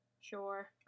Sure